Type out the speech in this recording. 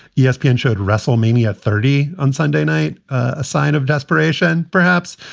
yeah espn showed wrestlemania thirty on sunday night, a sign of desperation, perhaps.